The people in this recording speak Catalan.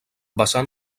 vessant